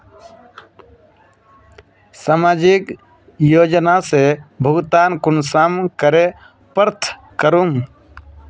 सामाजिक योजना से भुगतान कुंसम करे प्राप्त करूम?